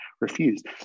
refused